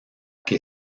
que